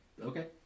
Okay